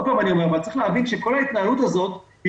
אבל צריך להבין שכל ההתנהלות הזאת היא